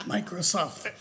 Microsoft